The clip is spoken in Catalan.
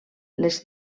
les